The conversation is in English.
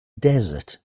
desert